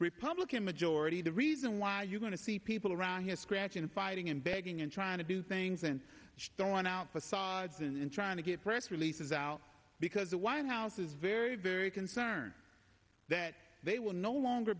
republican majority the reason why you're going to see people around here scratching and fighting and begging and trying to do things and don't want out facades and trying to get press releases out because the white house is very very concerned that they will no longer